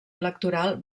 electoral